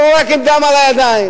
לא רק עם דם על הידיים,